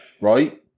right